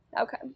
Okay